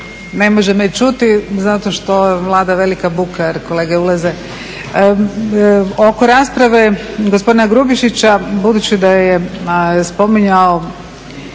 ne može me čuti zato što vlada velika buka jer kolega ulaze. Oko rasprave gospodina Grubišića budući da je spominjao